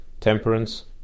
temperance